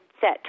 set